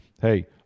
hey